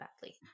badly